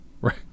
right